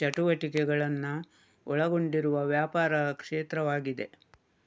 ಚಟುವಟಿಕೆಗಳನ್ನ ಒಳಗೊಂಡಿರುವ ವ್ಯಾಪಾರ ಕ್ಷೇತ್ರವಾಗಿದೆ